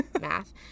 math